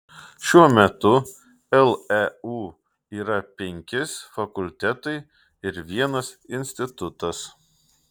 šiuo metu leu yra penkis fakultetai ir vienas institutas